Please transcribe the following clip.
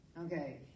okay